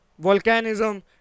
volcanism